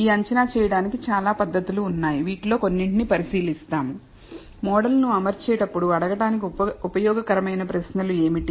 ఈ అంచనా చేయడానికి చాలా పద్ధతులు ఉన్నాయి వీటిలో కొన్నింటిని పరిశీలిస్తాము మోడల్ ను అమర్చేటప్పుడు అడగడానికి ఉపయోగకరమైన ప్రశ్నలు ఏమిటి